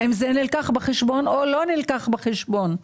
האם זה נלקח בחשבון או לא נלקח בחשבון?